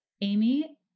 Amy